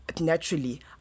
naturally